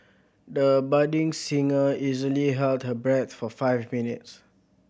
the budding singer easily held her breath for five minutes